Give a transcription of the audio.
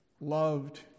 loved